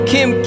Kim